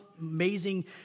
amazing